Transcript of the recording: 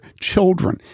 children